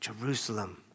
Jerusalem